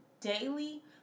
daily